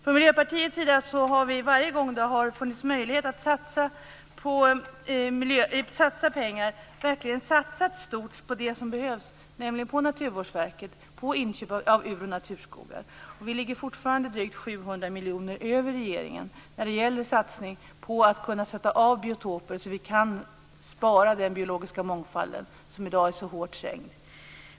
Från Miljöpartiets sida har vi varje gång det har funnits möjlighet att satsa pengar verkligen satsat stort på det som behövs, nämligen på Naturvårdsverket och på inköp av ur och naturskogar. Vi ligger fortfarande drygt 700 miljoner över regeringen när det gäller satsning på att kunna sätta av biotoper så att vi kan spara den biologiska mångfalden, som i dag är så hårt trängd.